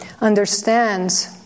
understands